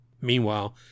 Meanwhile